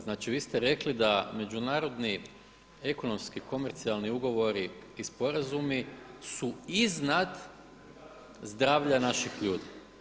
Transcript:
Znači vi ste rekli da međunarodni ekonomski komercijalni ugovori i sporazumi su iznad zdravlja naših ljudi.